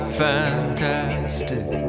fantastic